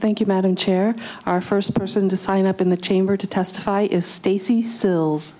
thank you madam chair our first person to sign up in the chamber to testify is stacy sills